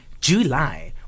July